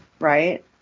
Right